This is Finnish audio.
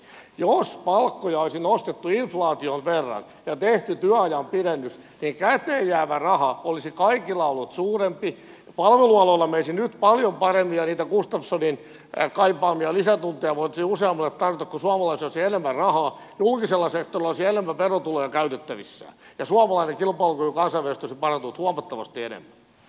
jos palkkoja olisi nostettu inflaation verran ja tehty työajan pidennys niin käteen jäävä raha olisi kaikilla ollut suurempi palvelualoilla menisi nyt paljon paremmin ja niitä gustafssonin kaipaamia lisätunteja voitaisiin useammalle tarjota kun suomalaisilla olisi enemmän rahaa julkisella sektorilla olisi enemmän verotuloja käytettävissään ja suomalainen kilpailukyky kansainvälisesti olisi parantunut huomattavasti enemmän